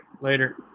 Later